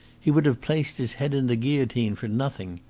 he would have placed his head in the guillotine for nothing.